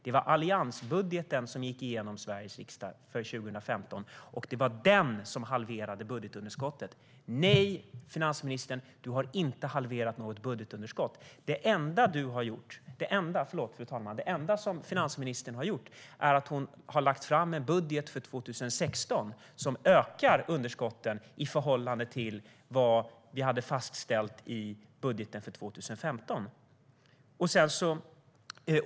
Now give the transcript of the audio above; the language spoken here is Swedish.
Det var alliansbudgeten som gick igenom i Sveriges riksdag för 2015, och det var den som halverade budgetunderskottet. Nej, finansministern, du har inte halverat något budgetunderskott! Det enda du har gjort är att du har lagt fram en budget för 2016 som ökar underskotten i förhållande till vad vi hade fastställt i budgeten för 2015.